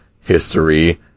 history